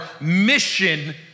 mission